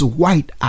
white